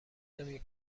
نمی